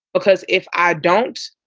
because if i don't,